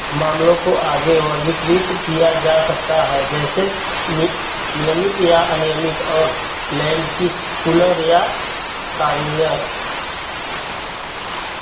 मामलों को आगे वर्गीकृत किया जा सकता है जैसे नी नियमित या अनियमित और लेंटिकुलर या कार्नियल